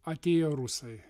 atėjo rusai